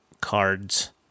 cards